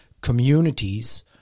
communities